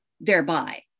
thereby